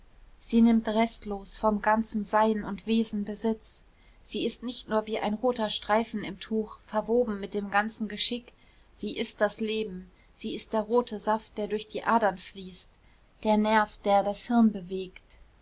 sie nimmt restlos vom ganzen sein und wesen besitz sie ist nicht nur wie ein roter streifen im tuch verwoben mit dem ganzen geschick sie ist das leben sie ist der rote saft der durch die adern fließt der nerv der das hirn bewegt